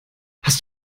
hast